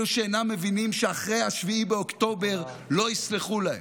אלו שאינם מבינים שאחרי 7 באוקטובר לא יסלחו להם.